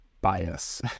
bias